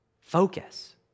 focus